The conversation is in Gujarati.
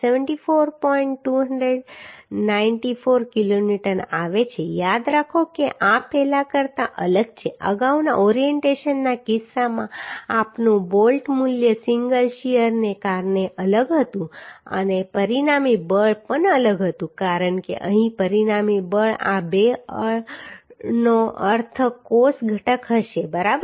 294 કિલોન્યુટન આવે છે યાદ રાખો કે આ પહેલા કરતા અલગ છે અગાઉના ઓરિએન્ટેશનના કિસ્સામાં આપણું બોલ્ટ મૂલ્ય સિંગલ શીયરને કારણે અલગ હતું અને પરિણામી બળ પણ અલગ હતું કારણ કે અહીં પરિણામી બળ આ બે બળનો અર્થ કોસ ઘટક હશે બરાબર